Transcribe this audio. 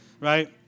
Right